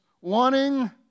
wanting